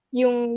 yung